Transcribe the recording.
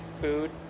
food